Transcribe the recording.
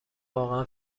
واقعا